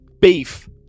Beef